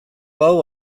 hau